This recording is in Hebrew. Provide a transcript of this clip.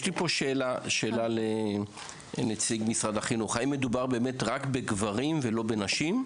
יש לי פה שאלה לנציג משרד החינוך: האם באמת מדובר רק בגברים ולא בנשים?